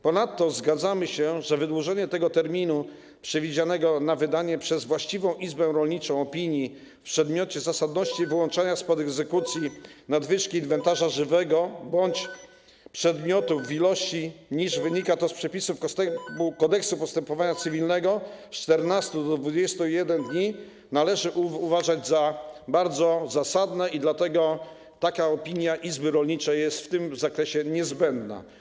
Ponadto zgadzamy się, że wydłużenie terminu przewidzianego na wydanie przez właściwą izbę rolniczą opinii w przedmiocie zasadności wyłączenia spod egzekucji nadwyżki inwentarza żywego bądź przedmiotów w ilości większej, niż wynika to z przepisów Kodeksu postępowania cywilnego, z 14 do 21 dni należy uważać za bardzo zasadne i dlatego taka opinia izby rolniczej jest w tym zakresie niezbędna.